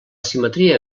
simetria